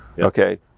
Okay